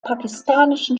pakistanischen